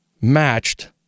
matched